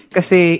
Kasi